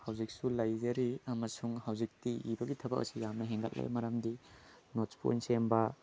ꯍꯧꯖꯤꯛꯁꯨ ꯂꯩꯖꯔꯤ ꯑꯃꯁꯨꯡ ꯍꯧꯖꯤꯛꯇꯤ ꯏꯕꯒꯤ ꯊꯕꯛ ꯑꯁꯦ ꯌꯥꯝꯅ ꯍꯦꯟꯒꯠꯂꯦ ꯃꯔꯝꯗꯤ ꯅꯣꯠꯁ ꯄꯣꯏꯟꯠ ꯁꯦꯝꯕ